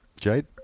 Jade